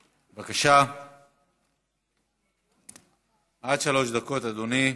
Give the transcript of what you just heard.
בבקשה, עד שלוש דקות, אדוני.